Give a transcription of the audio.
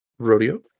Rodeo